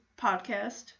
podcast